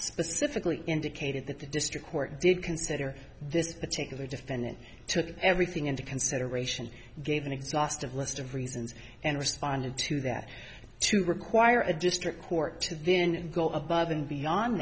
specifically indicated that the district court did consider this particular defendant took everything into consideration gave an exhaustive list of reasons and responded to that to require a district court to then go above and beyond